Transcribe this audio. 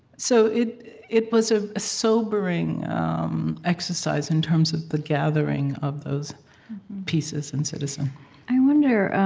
so it it was a sobering exercise, in terms of the gathering of those pieces in citizen i wonder